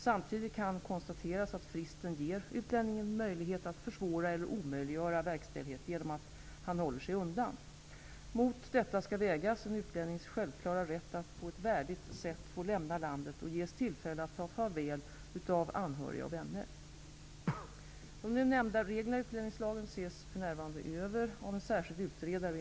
Samtidigt kan konstateras att fristen ger utlänningen möjlighet att försvåra eller omöjliggöra verkställighet genom att hålla sig undan. Mot detta skall vägas en utlännings självklara rätt att på ett värdigt sätt få lämna landet och ges tillfälle att ta farväl av anhöriga och vänner. De nu nämnda reglerna i utlänningslagen ses för närvarande över av en särskild utredare.